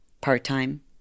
part-time